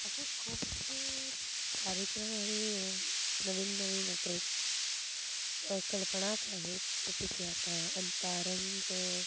असे खूपसे कार्यक्रम आणि नवीन नवीन प्रो कल्पनेत आहेत जसं की आता अंतरंग